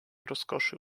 rozkoszy